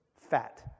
Fat